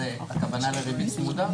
הכוונה לריבית צמודה,